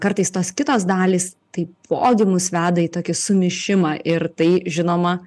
kartais tos kitos dalys taipogi mus veda į tokį sumišimą ir tai žinoma